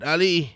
Ali